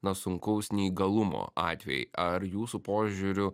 na sunkaus neįgalumo atvejai ar jūsų požiūriu